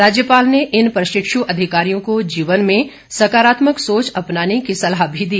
राज्यपाल ने इन प्रशिक्षु अधिकारियों को जीवन में सकारात्मक सोच अपनाने की सलाह भी दी